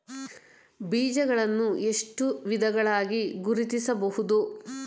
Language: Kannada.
ಬೀಜಗಳನ್ನು ಎಷ್ಟು ವಿಧಗಳಾಗಿ ಗುರುತಿಸಬಹುದು?